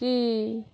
କି